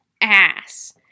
ass